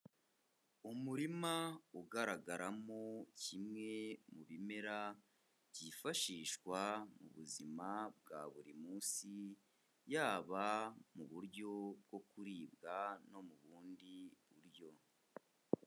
Umurima ugaragaramo kimwe mu bimera, byifashishwa mu buzima bwa buri munsi, yaba mu buryo bwo kuribwa no mu bundi buryo.